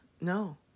No